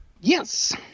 Yes